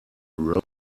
rose